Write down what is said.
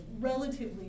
relatively